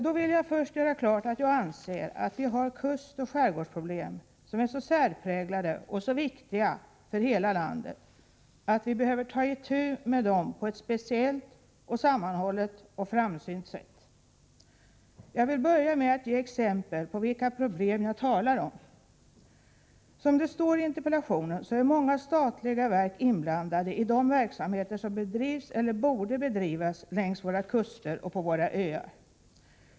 Då vill jag inledningsvis göra klart att jag anser att vi har kustoch skärgårdsproblem som är så särpräglade och så viktiga för hela landet att vi behöver ta itu med dem på ett speciellt, sammanhållet och framsynt sätt. Jag vill börja med att ge exempel på vilka problem jag avser. Som det står i interpellationen är många statliga verk inblandade i de verksamheter som bedrivs eller borde bedrivas längs våra kuster och på våra öar.